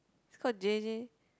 he's called J_J